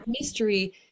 mystery